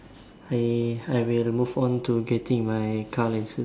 I I will move on to getting my car license